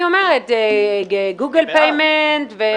אז